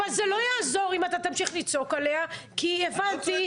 אבל זה לא יעזור אם אתה תמשיך לצעוק עליה כי הבנתי,